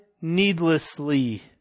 needlessly